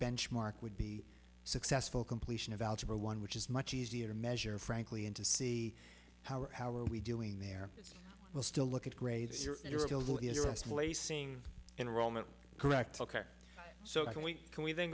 benchmark would be successful completion of algebra one which is much easier to measure frankly and to see how how are we doing there will still look at grades are placing enrollment correct so then we can we then